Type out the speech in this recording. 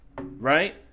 Right